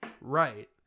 Right